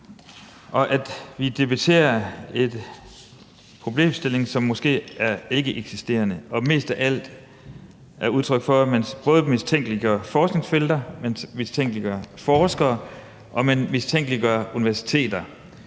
og at vi debatterer en problemstilling, som måske er ikkeeksisterende, men mest af alt er udtryk for, at man mistænkeliggør forskningsfelter, man mistænkeliggør